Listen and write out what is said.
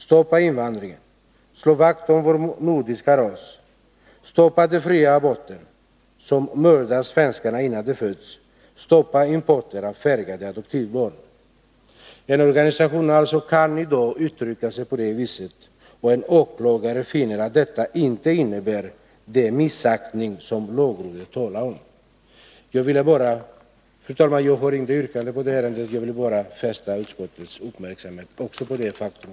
Stoppa invandringen — slå vakt om vår nordiska ras, stoppa den fria aborten, som mördar svenskarna innan de föds, stoppa importen av färgade adoptivbarn.” En organisation kan alltså uttrycka sig på det viset i dag — och en åklagare finner att det inte innebär den missaktning som lagrådet talar om! Fru talman! Jag har inget yrkande i ärendet, men jag ville fästa utskottets uppmärksamhet också på detta faktum.